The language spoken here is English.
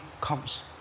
comes